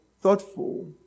thoughtful